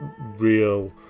real